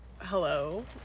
Hello